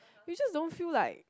you just don't feel like